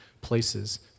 places